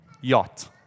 yacht